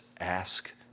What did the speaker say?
ask